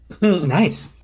Nice